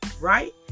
Right